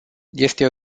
este